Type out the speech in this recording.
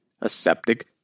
aseptic